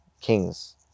kings